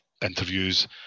interviews